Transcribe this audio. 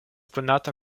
konata